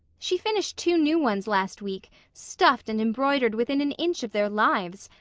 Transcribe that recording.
she finished two new ones last week, stuffed and embroidered within an inch of their lives.